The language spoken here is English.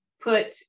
put